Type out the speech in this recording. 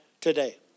today